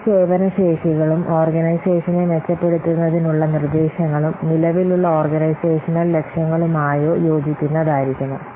ഈ സേവന ശേഷികളും ഓർഗനൈസേഷനെ മെച്ചപ്പെടുത്തുന്നതിനുള്ള നിർദ്ദേശങ്ങളും നിലവിലുള്ള ഓർഗനൈസേഷണൽ ലക്ഷ്യങ്ങളുമായോ യോജിക്കുന്നതായിരിക്കണം